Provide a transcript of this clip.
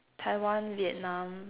Taiwan Vietnam